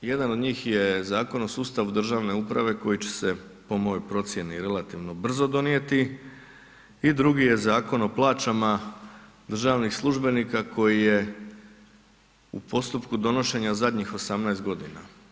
Jedan od njih je Zakon o sustavu državne uprave koji će se po mojoj procjeni relativno brzo donijeti i drugi je Zakon o plaćama državnih službenika koji je u postupku donošenja zadnjih 18 godina.